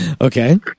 Okay